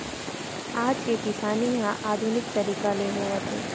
आज के किसानी ह आधुनिक तरीका ले होवत हे